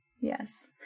Yes